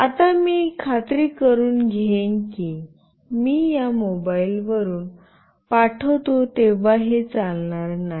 आता मी खात्री करुन घेईन की मी या मोबाइलवरून पाठवतो तेव्हा हे चालणार नाही